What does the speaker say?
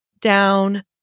down